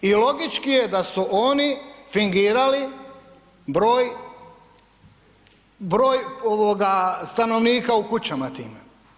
I logički je da su oni fingirali broj, broj ovoga stanovnika u kućama tim.